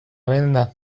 venda